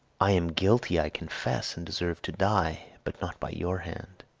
i am guilty, i confess, and deserve to die, but not by your hand.